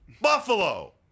Buffalo